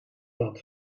dat